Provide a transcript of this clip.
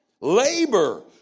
Labor